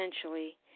essentially